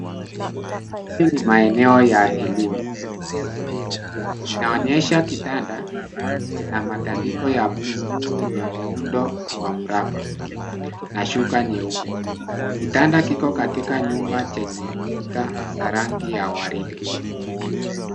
Hili ni maeneo ya elimu inaonyesha kitanda kinamatandiko ya buluu yenye muundo wa mraba na shuka nyeupe kitanda kikokatika nyumba chenye kuta za rangi ya waridi.